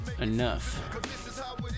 enough